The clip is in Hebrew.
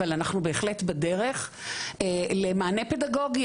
אבל אנחנו בהחלט בדרך למענה פדגוגי,